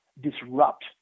disrupt